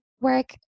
work